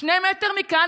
שני מטר מכאן,